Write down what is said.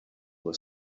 was